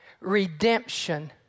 redemption